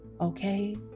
Okay